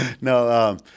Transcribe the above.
No –